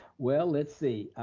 well let's see.